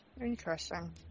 Interesting